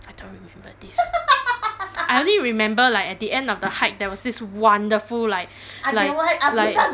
I don't remember this I only remember like at the end of the hike there was this wonderful like like like